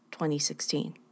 2016